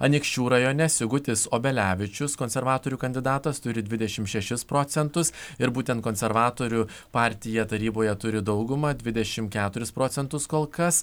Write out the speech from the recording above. anykščių rajone sigutis obelevičius konservatorių kandidatas turi dvidešimt šešis procentus ir būtent konservatorių partija taryboje turi daugumą dvidešimt keturis procentus kol kas